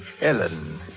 Ellen